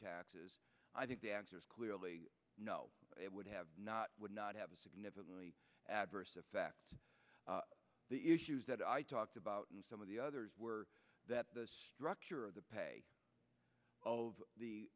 taxes i think the answer is clearly no it would have not would not have a significantly adverse effect the issues that i talked about and some of the others were that the structure of the pay of the